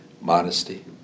Modesty